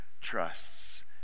trusts